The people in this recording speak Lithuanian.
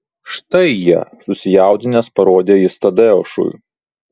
štai jie susijaudinęs parodė jis tadeušui